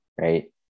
Right